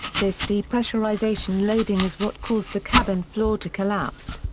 this depressurization loading is what caused the cabin floor to collapse.